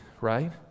right